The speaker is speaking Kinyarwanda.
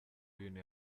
ibintu